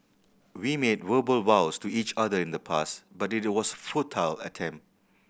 we made verbal vows to each other in the past but it was futile attempt